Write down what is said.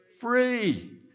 free